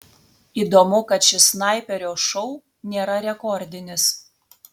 įdomu kad šis snaiperio šou nėra rekordinis